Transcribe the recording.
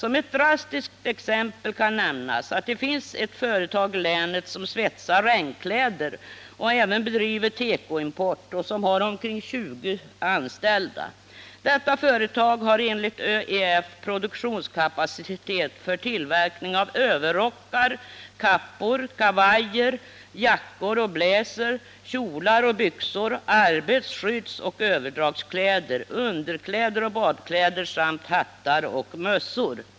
Som ett drastiskt exempel kan nämnas att det finns ett företag i länet med omkring 20 anställda som svetsar regnkläder och även bedriver tekoimport. Detta företag har enligt ÖEF produktionskapacitet för tillverkning av överrockar, kappor, kavajer, jackor, blazrar, kjolar, byxor, arbets-, skyddsoch överdragskläder, underkläder och badkläder samt hattar och mössor.